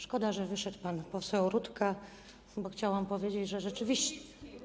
Szkoda, że wyszedł pan poseł Rutka, bo chciałam powiedzieć, że rzeczywiście.